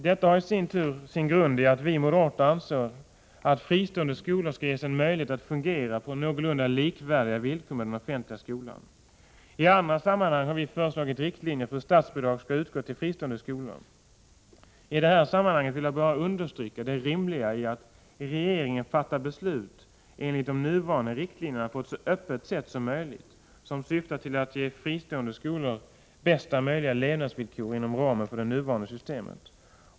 Detta har i sin tur sin grund i att vi moderater anser att fristående skolor skall ges en möjlighet att fungera på villkor som är någorlunda likvärdiga med villkoren för den offentliga skolan. I andra sammanhang har vi föreslagit riktlinjer för hur statsbidrag skall utgå till fristående skolor. I det här sammanhanget vill jag bara understryka det rimliga i att regeringen fattar beslut enligt de nuvarande riktlinjerna på ett så öppet sätt som möjligt, syftande till att ge fristående skolor bästa möjliga levnadsvillkor inom ramen för det nuvarande systemet.